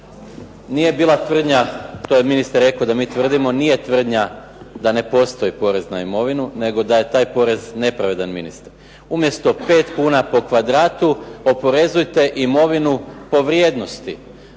Nije bila tvrdnja, to je ministar rekao da mi tvrdimo. Nije tvrdnja da ne postoji porez na imovinu nego da je taj porez nepravedan ministre. Umjesto 5 kuna po kvadratu oporezujte imovinu po vrijednosti.